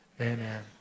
amen